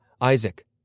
Isaac